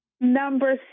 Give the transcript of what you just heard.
Number